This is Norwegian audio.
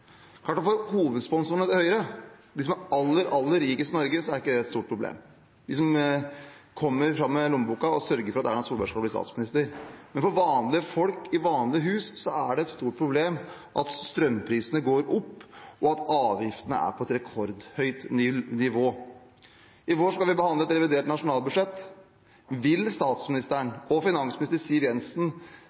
klart at for hovedsponsorene til Høyre, de som er aller, aller rikest i Norge, og som kommer fram med lommeboka og sørger for at Erna Solberg blir statsminister, er ikke det et stort problem. Men for vanlige folk i vanlige hus er det et stort problem at strømprisene går opp, og at avgiftene er på et rekordhøyt nivå. I vår skal vi behandle et revidert nasjonalbudsjett. Vil statsministeren og finansminister Siv Jensen